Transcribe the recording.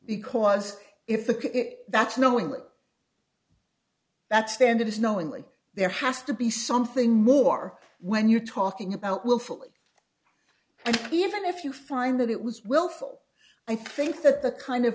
because if that's knowingly that standard is knowingly there has to be something more when you're talking about willfully and even if you find that it was willful i think that the kind of